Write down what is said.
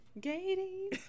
gating